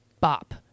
bop